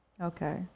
Okay